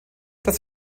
das